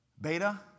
Beta